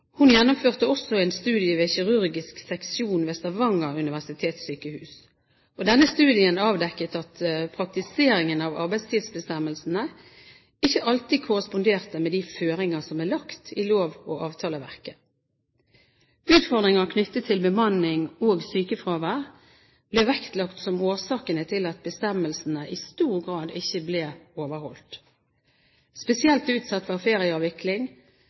Hun gjennomførte også en studie ved kirurgisk seksjon ved Stavanger universitetssykehus. Denne studien avdekket at praktiseringen av arbeidstidsbestemmelsene ikke alltid korresponderte med de føringer som er lagt i lov- og avtaleverket. Utfordringer knyttet til bemanning og sykefravær ble vektlagt som årsakene til at bestemmelsene i stor grad ikke ble overholdt. Spesielt utsatt var ferieavvikling,